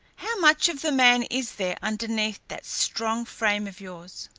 how much of the man is there underneath that strong frame of yours?